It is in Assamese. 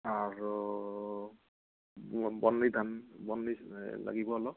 আৰু বৰ্নি ধান বৰ্নি লাগিব অলপ